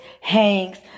Hanks